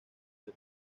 que